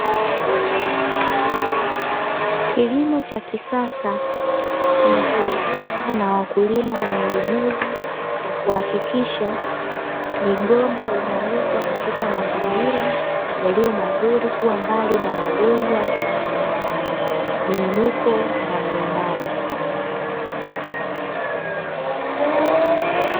Kilimo cha kisasa kinachowezeshwa na wakulima wenye ujuzi kwa kuhakikisha migomba inawekwa katika mazingira, yaliyo mazuri kuwa mbali na magonjwa miinuko na miinamo.